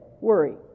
worry